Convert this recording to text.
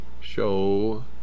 show